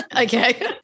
Okay